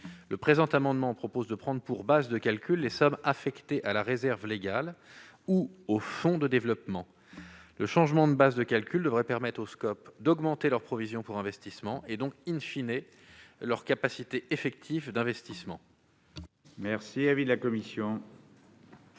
Cet amendement tend à prendre pour base de calcul les sommes affectées à la réserve légale ou au fonds de développement. Le changement de base de calcul devrait permettre aux SCOP d'augmenter leurs provisions pour investissement et donc,, leurs capacités effectives d'investissement. Quel est l'avis de la commission